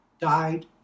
died